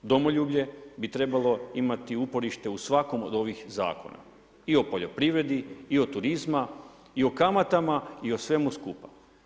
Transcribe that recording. Domoljublje bi trebalo imati uporište u svakom od ovih zakona, i o poljoprivredi i o turizma, i o kamatama i o svemu skupa.